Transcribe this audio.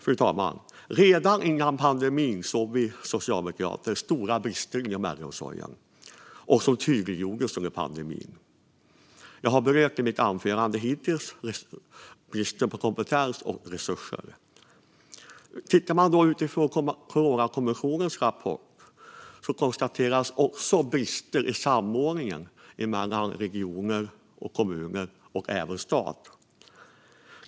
Fru talman! Redan innan pandemin såg vi socialdemokrater stora brister inom äldreomsorgen, och de tydliggjordes under pandemin. Jag har i mitt anförande hittills berört bristen på kompetens och resurser. I Coronakommissionens rapport konstateras också brister i samordningen mellan regioner, kommuner och stat.